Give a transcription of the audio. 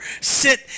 sit